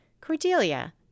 Cordelia